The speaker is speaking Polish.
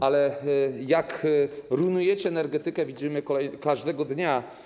Ale jak rujnujecie energetykę, widzimy każdego dnia.